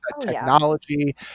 technology